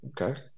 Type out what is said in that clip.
okay